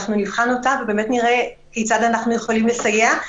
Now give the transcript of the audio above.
אנחנו נבחן אותם ונראה כיצד אנחנו יכולים לסייע.